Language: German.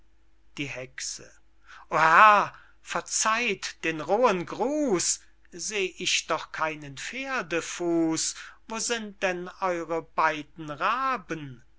die hexe o herr verzeiht den rohen gruß sah ich doch keinen pferdefuß wo sind denn eure beyden raben